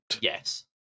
Yes